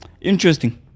Interesting